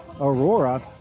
Aurora